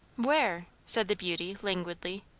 where? said the beauty languidly.